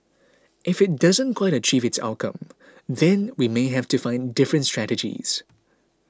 if it doesn't quite achieve its outcome then we may have to find different strategies